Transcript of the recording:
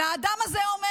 האדם הזה אומר,